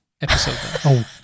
episode